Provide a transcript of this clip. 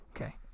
Okay